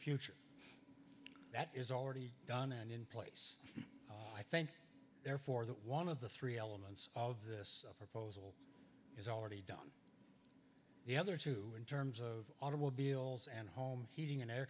future that is already done and in place i think therefore that one of the three elements of this proposal is already done the other two in terms of automobiles and home heating and air